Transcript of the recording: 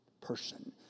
person